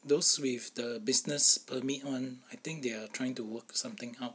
those with the business permit [one] I think they are trying to work something out